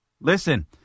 Listen